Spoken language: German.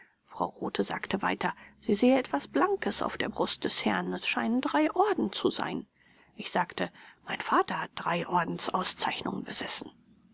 frau rothe sagte weiter sie sehe etwas blankes auf der brust des herrn es scheinen drei orden zu sein ich sagte mein vater hat drei ordensauszeichnungen besessen